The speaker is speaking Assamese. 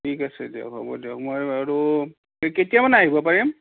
ঠিক আছে দিয়ক হ'ব দিয়ক মই বাৰু কেতিয়া মানে আহিব পাৰিম